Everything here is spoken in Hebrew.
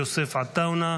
יוסף עטאונה,